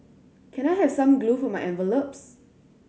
can I have some glue for my envelopes